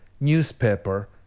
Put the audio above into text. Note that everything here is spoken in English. newspaper